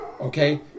okay